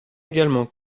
également